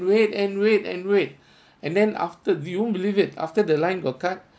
wait and wait and wait and then after you won't believe it after the line got cut